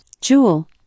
Jewel